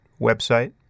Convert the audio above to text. website